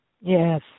Yes